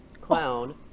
clown